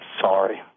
sorry